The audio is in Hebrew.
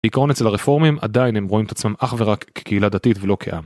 עיקרון אצל הרפורמים עדיין הם רואים את עצמם אך ורק כקהילה דתית ולא כעם.